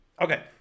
Okay